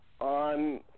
on